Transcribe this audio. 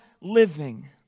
living